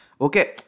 Okay